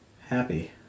happy